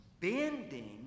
bending